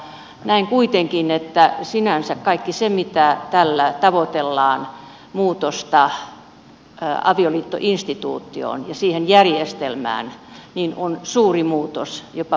näen kuitenkin että sinänsä kaikki se mitä tällä tavoitellaan muutos avioliittoinstituutioon ja siihen järjestelmään on suuri muutos jopa paradigmaattinen muutos